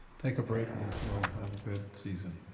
take a break and we'll have a good season.